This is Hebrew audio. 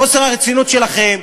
חוסר הרצינות שלכם,